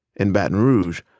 in baton rouge,